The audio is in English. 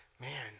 man